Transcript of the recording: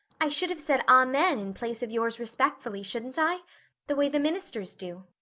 i should have said, amen in place of yours respectfully shouldn't i the way the ministers do.